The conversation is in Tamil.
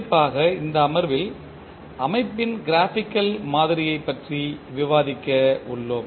குறிப்பாக இந்த அமர்வில் அமைப்பின் க்ராபிக்கல் மாதிரியை பற்றி விவாதிக்க உள்ளோம்